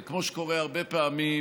וכמו שקורה הרבה פעמים,